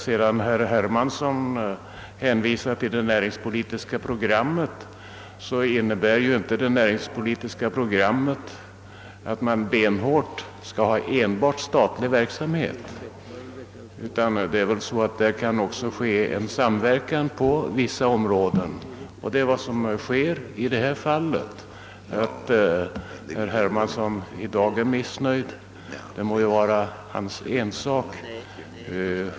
Herr Hermansson hänvisade till det näringspolitiska programmet. Men det innebär ju inte att man skall ha enbart statlig verksamhet. Man kan också tänka sig en samverkan på vissa områden, och det är vad som sker i detta fall. Att herr Hermansson i dag är missnöjd må vara hans ensak.